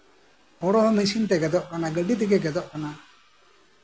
ᱦᱳᱲᱳ ᱦᱚᱸ ᱢᱮᱥᱤᱱ ᱛᱮ ᱜᱮᱫᱚᱜ ᱠᱟᱱᱟ ᱜᱟᱹᱰᱤ ᱛᱮᱜᱮ ᱜᱮᱫᱚᱜ ᱠᱟᱱᱟ